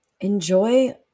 enjoy